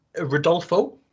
Rodolfo